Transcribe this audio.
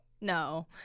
no